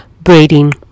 Braiding